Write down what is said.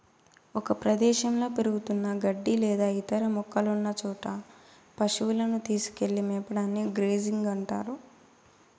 ఒక ప్రదేశంలో పెరుగుతున్న గడ్డి లేదా ఇతర మొక్కలున్న చోట పసువులను తీసుకెళ్ళి మేపడాన్ని గ్రేజింగ్ అంటారు